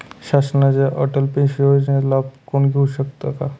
शासनाच्या अटल पेन्शन योजनेचा लाभ कोण घेऊ शकतात?